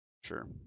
Sure